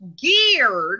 geared